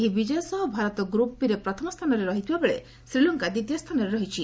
ଏହି ବିଜୟ ସହ ଭାରତ ଗ୍ରପ୍ ବି'ରେ ପ୍ରଥମ ସ୍ଥାନରେ ରହିଥିବାବେଳେ ଶ୍ରୀଲଙ୍କା ଦ୍ୱିତୀୟ ସ୍ଥାନରେ ରହିଛି